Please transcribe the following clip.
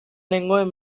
nengoen